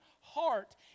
heart